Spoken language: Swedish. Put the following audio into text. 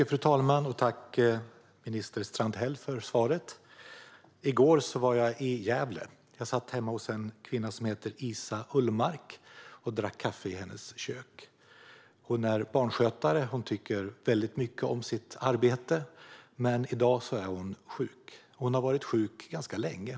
Fru talman! Tack, minister Strandhäll, för svaret! I går var jag i Gävle. Jag satt hemma hos en kvinna som heter Iza Ullmark och drack kaffe i hennes kök. Iza är barnskötare och tycker väldigt mycket om sitt arbete, men i dag är hon sjuk. Hon har varit sjuk ganska länge.